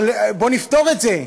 אבל בואו נפתור את זה.